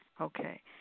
Okay